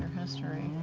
history.